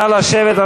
נא לשבת.